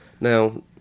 Now